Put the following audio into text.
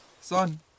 Son